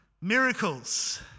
Miracles